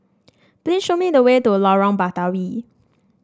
please show me the way to Lorong Batawi